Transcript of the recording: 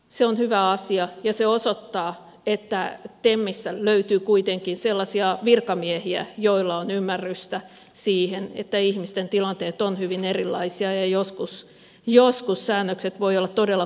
se on hyvä asia ja se osoittaa että temissä löytyy kuitenkin sellaisia virkamiehiä joilla on ymmärrystä siihen että ihmisten tilanteet ovat hyvin erilaisia ja joskus säännökset voivat olla todella kohtuuttomia